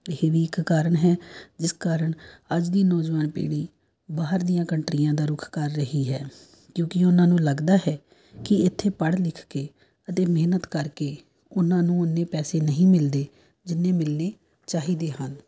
ਇਹ ਵੀ ਇੱਕ ਕਾਰਣ ਹੈ ਜਿਸ ਕਾਰਣ ਅੱਜ ਦੀ ਨੌਜਵਾਨ ਪੀੜ੍ਹੀ ਬਾਹਰ ਦੀਆਂ ਕੰਟਰੀਆਂ ਦਾ ਰੁੱਖ ਕਰ ਰਹੀ ਹੈ ਕਿਉਂਕਿ ਉਹਨਾਂ ਨੂੰ ਲੱਗਦਾ ਹੈ ਕਿ ਇੱਥੇ ਪੜ੍ਹ ਲਿਖ ਕੇ ਅਤੇ ਮਿਹਨਤ ਕਰਕੇ ਉਹਨਾਂ ਨੂੰ ਉੰਨੇ ਪੈਸੇ ਨਹੀਂ ਮਿਲਦੇ ਜਿੰਨੇ ਮਿਲਣੇ ਚਾਹੀਦੇ ਹਨ